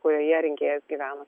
kurioje rinkėjas gyvena